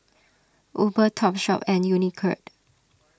Uber Topshop and Unicurd